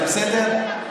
זה בסדר,